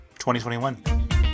2021